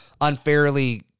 unfairly